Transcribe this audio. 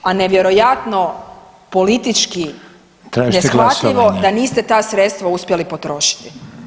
A nevjerojatno politički neshvatljivo [[Upadica: Tražite glasovanje?]] da niste ta sredstva uspjeli potrošiti.